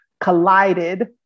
collided